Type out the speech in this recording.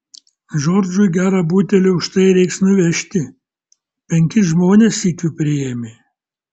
džordžui gerą butelį už tai reiks nuvežti penkis žmones sykiu priėmė